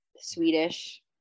Swedish